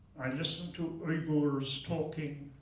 i listen to ah uighurs talking.